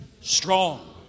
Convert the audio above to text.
strong